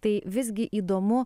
tai visgi įdomu